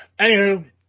Anywho